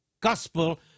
gospel